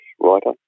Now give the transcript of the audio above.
writer